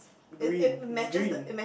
green it's green